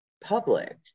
public